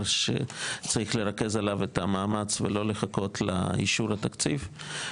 שצריך לרכז עליו את המאמץ ולא לחכות לאישור התקציב.